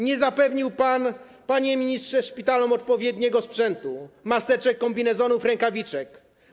Nie zapewnił pan, panie ministrze, szpitalom odpowiedniego sprzętu, maseczek, kombinezonów, rękawiczek.